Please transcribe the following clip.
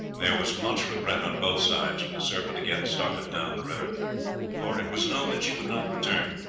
there was much regret on both sides when the serpent again started down the river for it was known that she would not return,